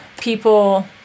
people